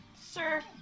Sir